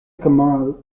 gamal